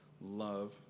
Love